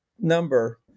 number